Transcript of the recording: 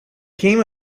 came